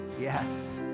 yes